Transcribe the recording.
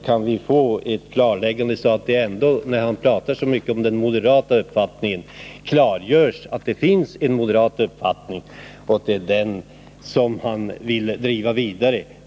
Kan vi få ett klarläggande, så att det — eftersom han talar så mycket om den moderata uppfattningen — klargörs att det finns en moderat uppfattning som han vill driva vidare.